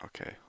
Okay